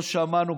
לא שמענו,